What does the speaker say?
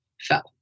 fell